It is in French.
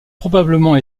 probablement